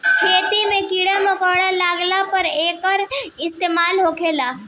खेती मे कीड़ा मकौड़ा लगला पर एकर इस्तेमाल होखेला